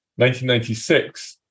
1996